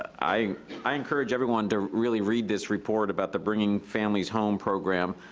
i i encourage everyone to really read this report about the bringing families home program.